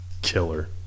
killer